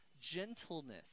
gentleness